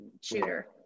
shooter